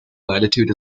latitude